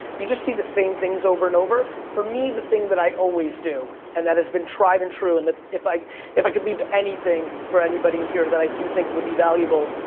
you just see the same things over and over, for me, the thing that i always do, and that has been tried and true, and that, if i if i could leave anything for anybody in here that i do think would be valuable,